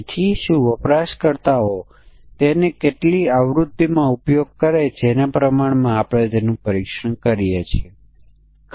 તેથી n સ્વતંત્ર inputs માટે આપણને 4 n 1 પરીક્ષણના કેસોની જરૂર છે